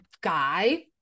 guy